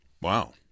Wow